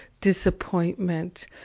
disappointment